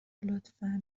لطفا